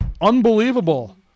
Unbelievable